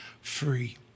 free